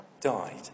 died